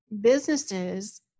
businesses